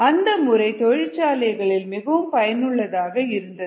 அந்த முறை தொழிற்சாலைகளில் மிகவும் பயனுள்ளதாக இருந்தது